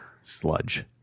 Sludge